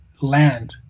land